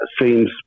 Seems